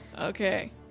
Okay